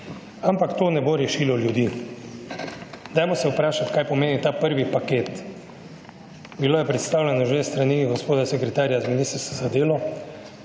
ampak to ne bo rešilo ljudi. Dajmo se vprašati kaj pomeni ta prvi paket. Bilo je predstavljeno že s strani gospoda sekretarja iz Ministrstva za delo.